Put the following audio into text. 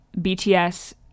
bts